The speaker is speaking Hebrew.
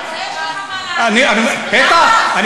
בטח.